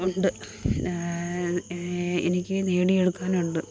ഉണ്ട് എനിക്ക് നേടിയെടുക്കാനുണ്ട്